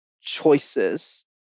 choices